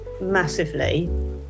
massively